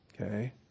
Okay